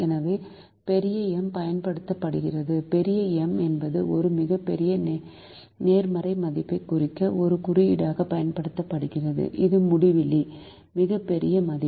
எனவே பெரிய M பயன்படுத்தப்படுகிறது பெரிய M என்பது ஒரு மிகப் பெரிய நேர்மறை மதிப்பைக் குறிக்க ஒரு குறியீடாகப் பயன்படுத்தப்படுகிறது அது முடிவிலி மிகப் பெரிய மதிப்பு